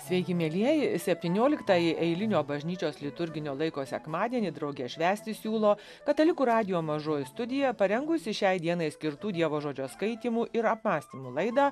sveiki mielieji septynioliktąjį eilinio bažnyčios liturginio laiko sekmadienį drauge švęsti siūlo katalikų radijo mažoji studija parengusi šiai dienai skirtų dievo žodžio skaitymų ir apmąstymų laidą